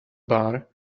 bar